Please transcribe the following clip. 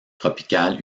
tropicale